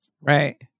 Right